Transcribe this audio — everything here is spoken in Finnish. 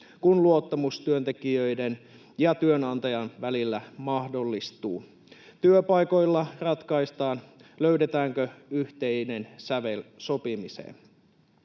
kun luottamus työntekijöiden ja työnantajan välillä mahdollistuu. Työpaikoilla ratkaistaan, löydetäänkö yhteinen sävel sopimiseen.